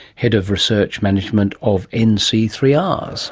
head of research management of n c three r s